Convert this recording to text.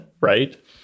Right